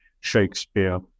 Shakespeare